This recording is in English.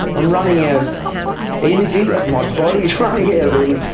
i'm running out of energy, my body is running out of and